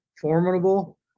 formidable